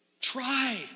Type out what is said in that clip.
Try